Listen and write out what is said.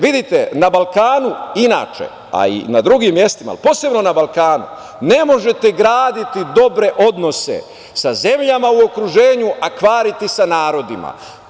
Vidite, na Balkanu inače, a i na drugim mestima, ali posebno na Balkanu, ne možete graditi dobre odnose sa zemljama u okruženju, a kvariti sa narodima.